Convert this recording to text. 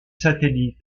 satellite